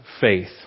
faith